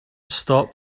stop